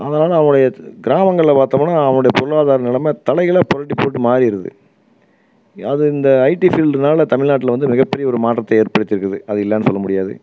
அதனால் அவனுடைய கிராமங்களில் பார்த்தோம்னா அவனுடைய பொருளாதார நிலைமை தலைகீழாக புரட்டி போட்டு மாறிவிடுது அது இந்த ஐடி ஃபீல்டுனால் தமிழ்நாட்டில் வந்து மிகப்பெரிய ஒரு மாற்றத்தை ஏற்படுத்தியிருக்குது அது இல்லைன்னு சொல்ல முடியாது